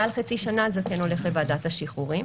מעל חצי שנה זה הולך לוועדת השחרורים.